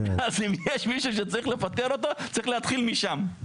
אז אם יש מישהו שצריך לפטר אותו, צריך להתחיל משם.